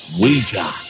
Ouija